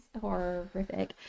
horrific